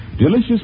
Delicious